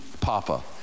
Papa